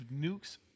nukes